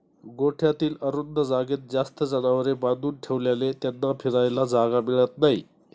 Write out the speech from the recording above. गोठ्यातील अरुंद जागेत जास्त जनावरे बांधून ठेवल्याने त्यांना फिरायला जागा मिळत नाही